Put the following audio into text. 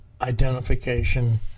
identification